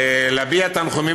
להביע תנחומים